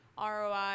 ROI